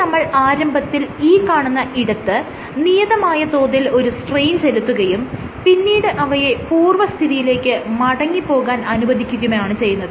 ഇവിടെ നമ്മൾ ആരംഭത്തിൽ ഈ കാണുന്ന ഇടത്ത് നിയതമായ തോതിൽ ഒരു സ്ട്രെയിൻ ചെലുത്തുകയും പിന്നീട് അവയെ പൂർവസ്ഥിതിയിലേക്ക് മടങ്ങിപോകാൻ അനുവദിക്കുകയുമാണ് ചെയ്യുന്നത്